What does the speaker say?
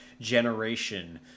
generation